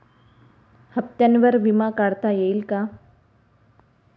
हप्त्यांवर विमा काढता येईल का?